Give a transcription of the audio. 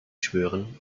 schwören